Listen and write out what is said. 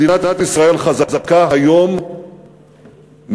מדינת ישראל חזקה היום מאי-פעם,